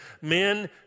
men